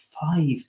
Five